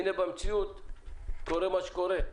במציאות קורה מה שקורה.